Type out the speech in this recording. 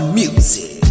music